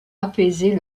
apaiser